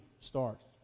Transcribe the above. starts